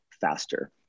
faster